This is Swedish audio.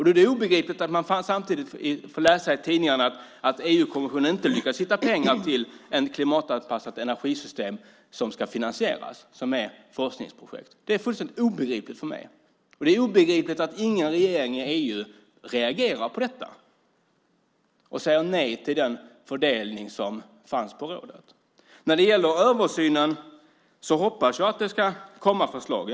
Då är det obegripligt att man samtidigt får läsa i tidningarna att EU-kommissionen inte har lyckats hitta pengar till ett klimatanpassat energisystem som ska finansieras som ett forskningsprojekt. Det är fullständigt obegripligt för mig. Det är också obegripligt att ingen regering i EU reagerar på detta och säger nej till den fördelning som fanns på rådet. När det gäller översynen hoppas jag att det ska komma förslag.